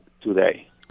today